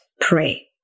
pray